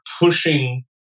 pushing